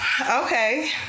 okay